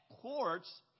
courts